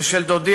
ושל דודי,